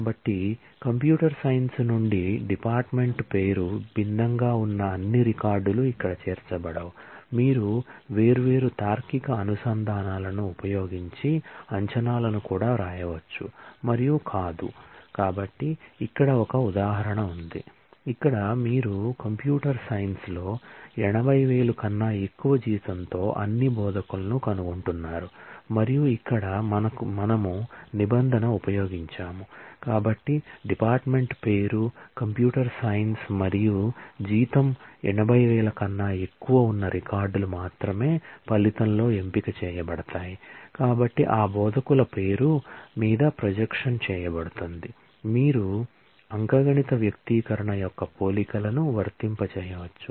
కాబట్టి computer science చేయబడుతుంది మీరు అంకగణిత వ్యక్తీకరణ యొక్క పోలికలను వర్తింపజేయవచ్చు